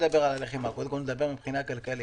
בואו נדבר רגע על הלחימה, אני מדבר מבחינה כלכלית